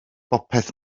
bopeth